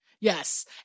Yes